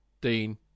Dean